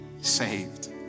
saved